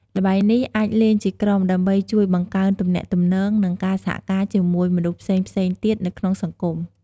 ល្បែងនេះ អាចលេងជាក្រុម ដើម្បីជួយបង្កើនទំនាក់ទំនង និងការសហការជាមួយមនុស្សផ្សេងៗទៀតនៅក្នុងសង្គម។